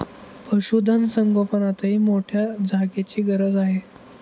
पशुधन संगोपनातही मोठ्या जागेची गरज आहे